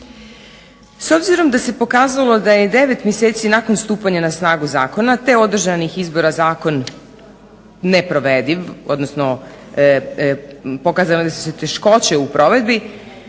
S obzirom da se pokazalo da je 9 mjeseci nakon stupanja na snagu zakona te održanih izbora zakon nepovrediv odnosno pokazale su se teškoće u provedbi